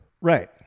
Right